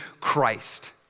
Christ